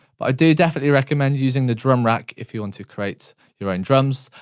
but do definitely recommend using the drum rack if you want to create your own drums.